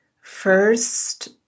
first